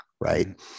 right